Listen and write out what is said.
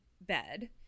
bed